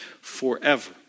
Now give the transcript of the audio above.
forever